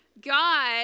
God